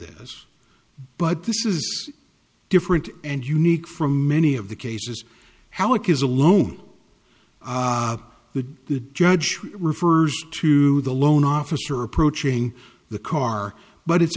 this but this is different and unique from many of the cases how it is alone the judge refers to the loan officer approaching the car but it's